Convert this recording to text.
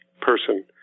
person